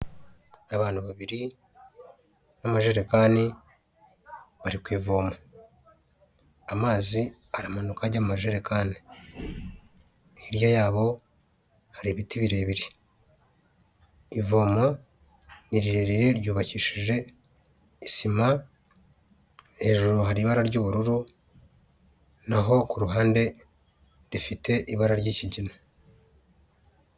Abantu babiri b'amajerekani, bari ku ivomo, amazi aramanuka ajya mu majerekani, hirya yabo hari ibiti birebire, ivomo ni rirerire ryubakishije isima, hejuru hari ibara ry'ubururu, na ho ku ruhande rifite ibara ry'kigina.